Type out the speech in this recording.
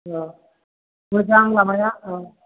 औ मोजां लामाया औ